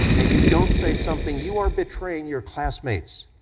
and you don't say something, you are betraying your classmates,